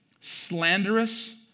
slanderous